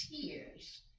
tears